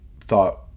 thought